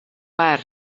per